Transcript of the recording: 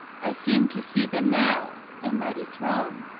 i seem to see them now a mighty throng.